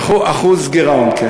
זה כבר 4.6. אחוז גירעון, לא ריבית.